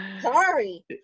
Sorry